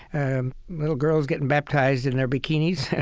and little girls getting baptized in their bikinis,